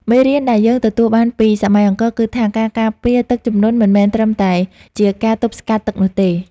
មេរៀនដែលយើងទទួលបានពីសម័យអង្គរគឺថា ការការពារទឹកជំនន់មិនមែនត្រឹមតែជាការទប់ស្កាត់ទឹកនោះទេ។